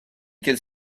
quels